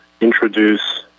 introduce